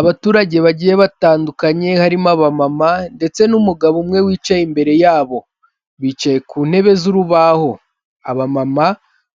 Abaturage bagiye batandukanye harimo abamama ndetse n'umugabo umwe wicaye imbere yabo bicaye ku ntebe z'urubaho abamama